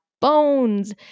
bones